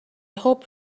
hope